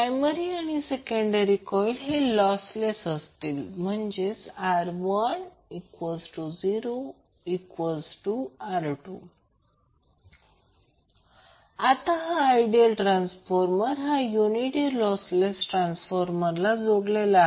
primary आणि secondary coil हे lossless आहेत R10R2 आता हा आयडियल ट्रान्सफॉर्मर हा युनिटी लॉसलेस ट्रान्सफॉर्मरला जोडलेला आहे